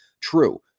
True